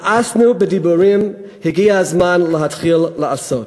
מאסנו בדיבורים, הגיע הזמן להתחיל לעשות.